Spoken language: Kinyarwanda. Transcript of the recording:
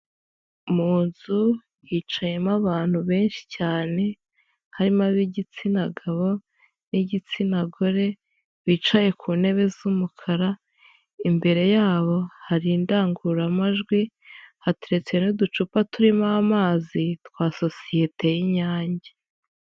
Mu nzu hicayemo abantu benshi cyane, harimo ab'igitsina gabo n'igitsina gore, bicaye ku ntebe z'umukara, imbere yabo hari indangururamajwi, hateretse n'uducupa turimo amazi twa sosiyete y'Inyange.